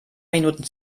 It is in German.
minuten